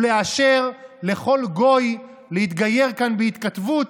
ולאשר לכל גוי להתגייר כאן בהתכתבות,